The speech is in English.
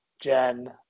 Jen